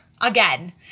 Again